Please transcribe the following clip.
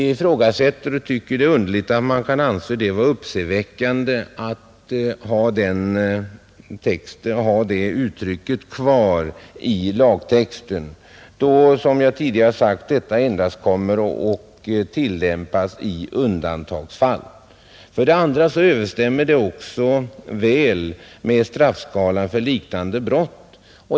Vi tycker det är underligt att man kan anse det uppseendeväckande att ha det uttrycket kvar i lagtexten då — som jag tidigare sagt — detta endast kommer att tillämpas i undantagsfall. Vidare överensstämmer det väl med straffskalan för liknande brott.